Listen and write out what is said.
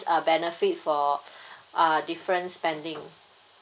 uh benefit for uh different spending